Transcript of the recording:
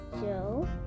Joe